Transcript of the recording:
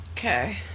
Okay